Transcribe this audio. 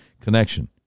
connection